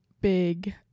big